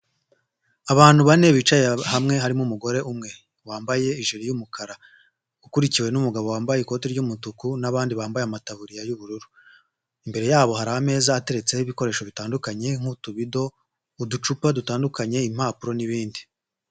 Abantu bane bicaye hamwe harimo umugore umwe wambaye ijiri y'umukara ukurikiwe n'umugabo wambaye ikoti ry'umutuku n'abandi bambaye amataburiya y'ubururu, imbere yabo hari ameza ateretseho ibikoresho bitandukanye nk'utubido, uducupa dutandukanye, impapuro n'ibindi.